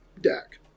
deck